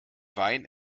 wein